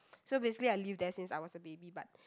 so basically I live there since I was a baby but